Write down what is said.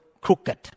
crooked